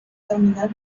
terminal